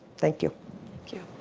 thank you you.